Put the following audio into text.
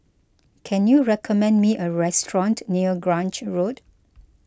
can you recommend me a restaurant near Grange Road